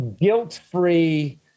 guilt-free